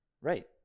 Right